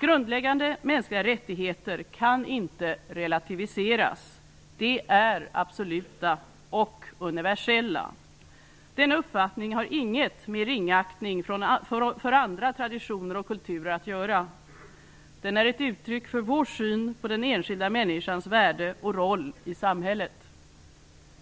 Grundläggande mänskliga rättigheter kan inte relativiseras. De är absoluta och universella. Denna uppfattning har inget med ringaktning för andra traditioner och kulturer att göra. Den är ett uttryck för vår syn på den enskilda människans värde och roll i samhället.